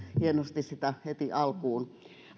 hienosti sitä heti alkuun